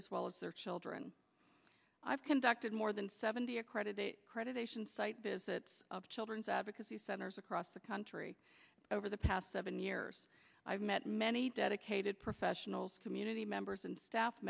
as well as their children i've conducted more than seventy accredited credit ation site visits children's advocacy centers across the country over the past seven years i've met many dedicated professionals community members and staff